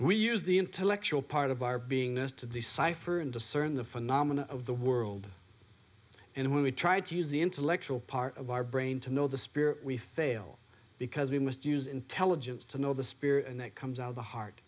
we use the intellectual part of our beingness to decipher and discern the phenomena of the world and when we try to use the intellectual part of our brain to know the spirit we fail because we must use intelligence to know the spirit and that comes out of the heart